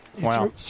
Wow